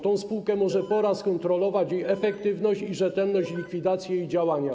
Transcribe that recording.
Tę spółkę może pora skontrolować, jej efektywność i rzetelność likwidacji jej działania.